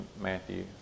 Matthew